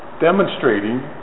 demonstrating